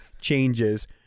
changes